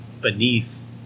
beneath